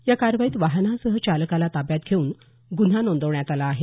या कारवाईत वाहनासह चालकाला ताब्यात घेऊन गुन्हा नोंदवण्यात आला आहे